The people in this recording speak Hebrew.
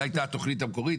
זו הייתה התוכנית המקורית.